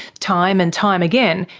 time and time again,